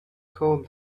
called